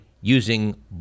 using